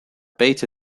beta